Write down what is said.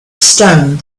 stone